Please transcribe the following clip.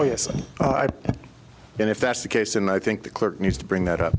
oh yes and if that's the case and i think the clerk needs to bring that up